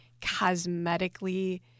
cosmetically